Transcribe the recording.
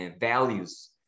values